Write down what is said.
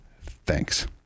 thanks